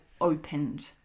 opened